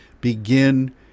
begin